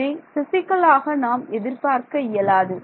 இதை பிசிக்கலாக நாம் எதிர்பார்க்க இயலாது